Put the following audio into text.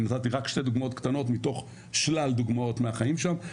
אני נתתי רק שתי דוגמאות קטנות מתוך שלל דוגמאות מהחיים שם.